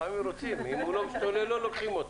לפעמים רוצים, אם הוא לא משתולל לא לוקחים אותו.